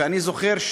ואני זוכר,